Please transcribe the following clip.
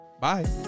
bye